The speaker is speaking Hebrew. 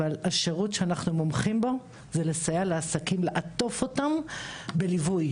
אבל השירות שאנחנו מומחים בו זה לסייע לעסקים ולעטוף אותם בליווי,